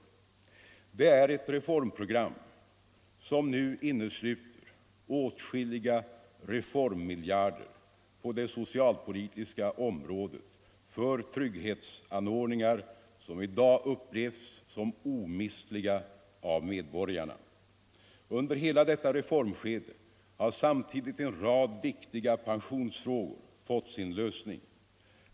Det är ett reformprogram som nu innesluter åtskilliga reformmiljarder på det socialpolitiska området för trygghetsanordningar som i dag upplevs som omistliga av medborgarna. Under hela detta reformskede har samtidigt en rad viktiga pensionsfrågor fått sin lösning.